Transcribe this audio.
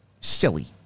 silly